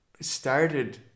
started